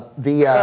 the